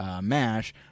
MASH